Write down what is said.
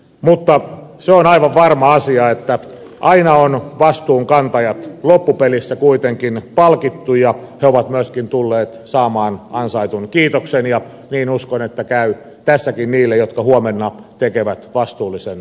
mutta se on aivan varma asia että aina on vastuunkantajat loppupelissä kuitenkin palkittu ja he ovat myöskin tulleet saamaan ansaitun kiitoksen ja niin uskon että käy tässäkin niille jotka huomenna tekevät vastuullisen päätöksen